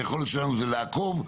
היכולת שלנו זה לעקוב,